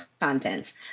contents